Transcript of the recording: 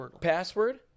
Password